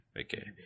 Okay